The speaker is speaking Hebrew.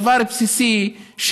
דבר בסיסי,